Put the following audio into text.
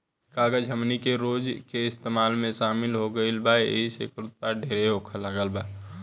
कागज हमनी के रोज के इस्तेमाल में शामिल हो गईल बा एहि से एकर उत्पाद ढेर होखे लागल बा